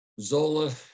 Zola